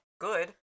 good